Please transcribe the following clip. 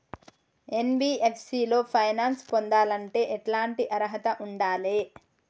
NBFC లో finance పొందాలంటే ఎట్లాంటి అర్హత ఉండాలే?